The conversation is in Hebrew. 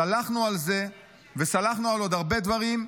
סלחנו על זה וסלחנו על עוד הרבה דברים,